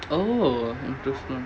oh improvement